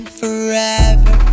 forever